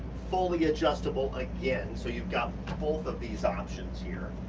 fully adjustable again. so you've got both of these options here.